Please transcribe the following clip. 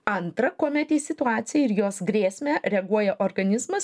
antra kuomet į situaciją ir jos grėsmę reaguoja organizmas